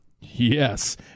Yes